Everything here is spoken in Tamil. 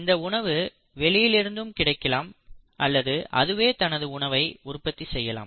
இந்த உணவு வெளியிலிருந்தும் கிடைக்கலாம் அல்லது அதுவே தனது உணவை உற்பத்தி செய்யலாம்